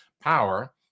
power